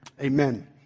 amen